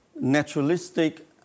naturalistic